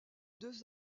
deux